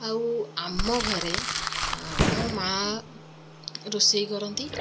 ଆଉ ଆମଘରେ ଆ ମୋ ମାଁ ରୋଷେଇ କରନ୍ତି